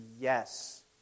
yes